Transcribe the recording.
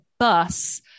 bus